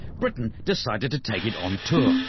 britain decided to take it on tour,